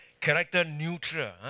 Character-neutral